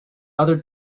other